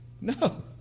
No